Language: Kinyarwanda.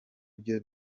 byo